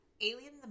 Alien